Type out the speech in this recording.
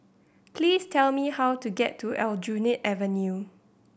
please tell me how to get to Aljunied Avenue